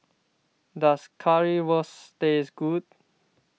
does Currywurst taste good